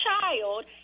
child